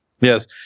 Yes